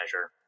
measure